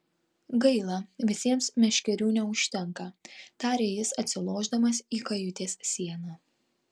gaila visiems meškerių neužtenka tarė jis atsilošdamas į kajutės sieną